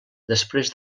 després